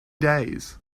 days